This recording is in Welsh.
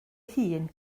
hun